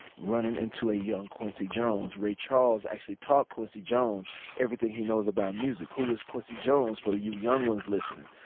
running into a young quincy jones, ray charles actually taught quincy jones everything he knows about music. who was quincy jones, for you young ones listening?